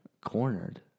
Cornered